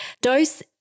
dose